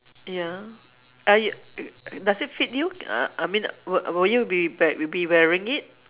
ya uh y~ does it fit you uh I mean wou~ would you be wea~ be wearing it